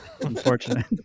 Unfortunate